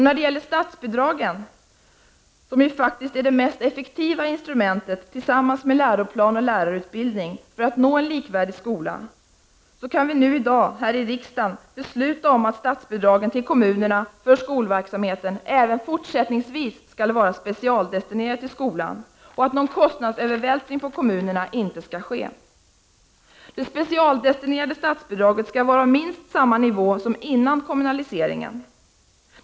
När det gäller statsbidragen, som faktiskt är det mest effektiva instrumentet, tillsammans med läroplan och lärarutbildning, för att nå en likvärdig skola, kan vi i dag här i riksdagen besluta om att statsbidragen till kommunerna för skolverksamheten även fortsättningsvis skall vara specialdestinerade till skolan och att någon kostnadsövervältring på kommunerna inte skall ske. Det specialdestinerade statsbidraget skall vara på minst samma nivå som före kommunaliseringen.